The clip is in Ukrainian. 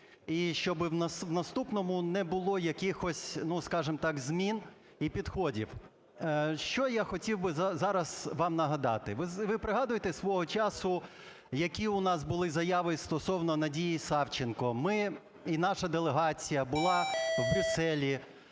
і щоби в наступному не було якихось, ну, скажімо так, змін і підходів. Що я хотів би зараз вам нагадати? Ви пригадуєте, свого часу які у нас були заяви стосовно Надії Савченко. Ми і наша делегація була в Брюсселі,